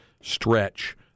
stretch